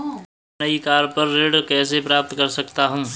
मैं नई कार पर ऋण कैसे प्राप्त कर सकता हूँ?